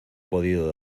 podido